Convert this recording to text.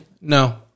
No